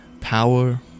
power